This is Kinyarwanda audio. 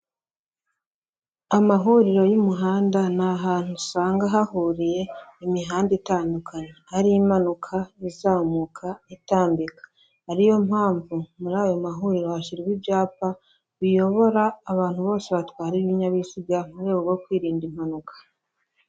Amahuriro y'umuhanda ni ahantu usanga hahuriye imihanda itandukanye, ari imanuka, izamuka, itambika, ari yo mpamvu muri ayo mahuriro hashyirwa ibyapa biyobora abantu bose batwara ibinyabiziga mu rwego rwo kwirinda impanuka.